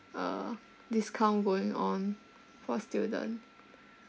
uh discount going on for student